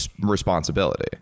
responsibility